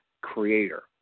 creator